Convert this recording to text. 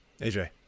AJ